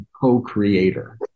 co-creator